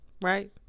right